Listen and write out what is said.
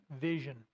vision